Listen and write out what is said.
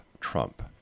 Trump